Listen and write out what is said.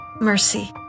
mercy